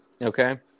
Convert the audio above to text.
Okay